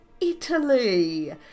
Italy